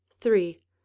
Three